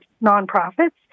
non-profits